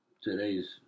today's